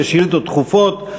בשאילתות דחופות,